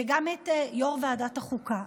וגם ביו"ר ועדת החוקה: